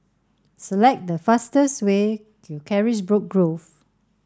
select the fastest way to Carisbrooke Grove